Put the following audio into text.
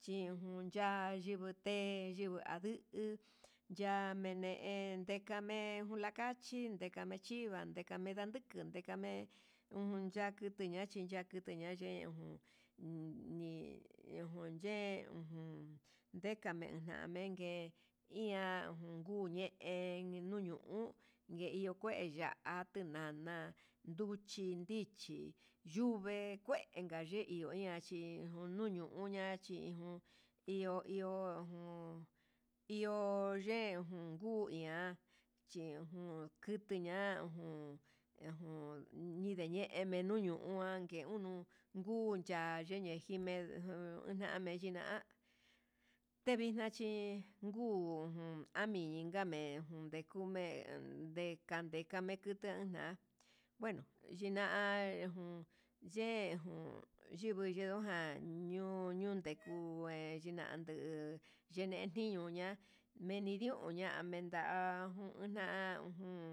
chijunta yinguité yingui ndu'u, ndame ente'e jame'e ngulakachí chindekan chivamen ndekame ndanduku ndekame unya kutulña chinya'a, ya'a kutu che ujun ujun nii ukun ye'e ujun ndekame unandeke ia jun nguñe ñe'e nuñuu, ngue iho kue ya'a ha nana nduchi nrichí, yuvee kuenka yee iho ihan chi jun nuu nuña chi iho iho nuu iho yee ku ihan he jun kutu ña'a jun ejun huu ñinde ñeme nuno'o kuanke unuu ngucha yeme nguime'e, ujun yame yina'a tevixna chi nguu ujun amingame ndengume'e kangre ndekutu na'a ngueno xhina'a ejun ye'e ejun yivii ndujan ñon ndondekuu kue yanduu ye'e niño ña'a meni ñuu ña'a menta'a najun.